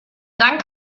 dank